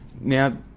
now